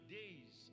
days